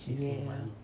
ya